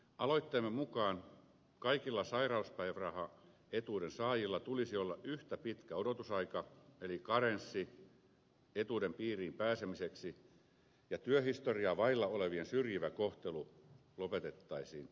aloitteemme mukaan kaikilla sairauspäivärahaetuuden saajilla tulisi olla yhtä pitkä odotusaika eli karenssi etuuden piiriin pääsemiseksi ja työhistoriaa vailla olevien syrjivä kohtelu lopetettaisiin